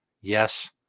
yes